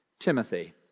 Timothy